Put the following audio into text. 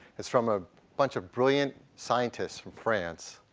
it's from a bunch of brilliant scientists from france.